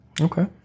Okay